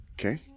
Okay